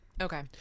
Okay